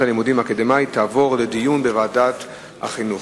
הלימודים האקדמית תעבורנה לדיון בוועדת החינוך.